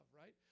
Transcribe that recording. right